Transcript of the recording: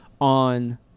on